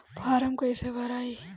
Form कईसे भराई?